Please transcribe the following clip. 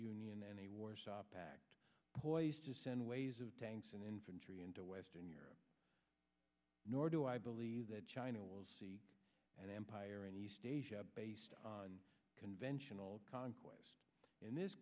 union and a warsaw pact poised to send ways of tanks and infantry into western europe nor do i believe that china will see an empire in east asia based on conventional conquest in this